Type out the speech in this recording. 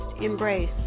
embrace